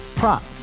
Prop